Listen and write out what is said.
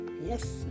yes